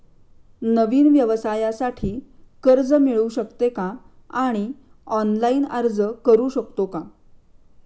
नवीन व्यवसायासाठी कर्ज मिळू शकते का आणि ऑनलाइन अर्ज करू शकतो का?